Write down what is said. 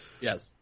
Yes